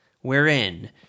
wherein